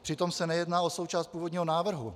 Přitom se nejedná o součást původního návrhu.